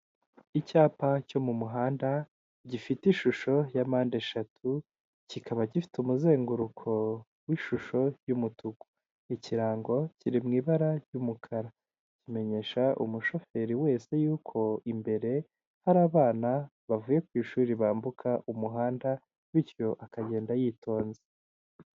Icyapa cyo mu muhanda gifite ishusho ya mpande eshatu kikaba gifite umuzenguruko w'ishusho y'umutuku, ikirango kiri mu ibara ry'umukara, kimenyesha umushoferi wese yuko imbere hari abana bavuye ku ishuri bambuka umuhanda, bityo akagenda yitonze.